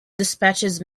dispatches